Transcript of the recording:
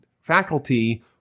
faculty